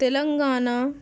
Telangana